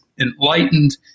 enlightened